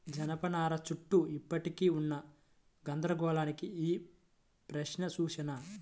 జనపనార చుట్టూ ఇప్పటికీ ఉన్న గందరగోళానికి ఈ ప్రశ్న సూచన